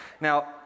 Now